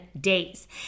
days